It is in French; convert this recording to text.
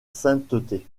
sainteté